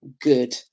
good